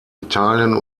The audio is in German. italien